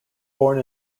born